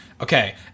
Okay